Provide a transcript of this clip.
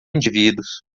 indivíduos